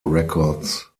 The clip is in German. records